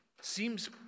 Seems